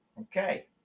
Okay